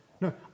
No